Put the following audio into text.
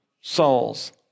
souls